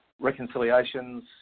Reconciliations